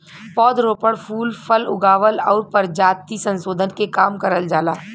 पौध रोपण, फूल फल उगावल आउर परजाति संसोधन के काम करल जाला